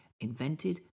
invented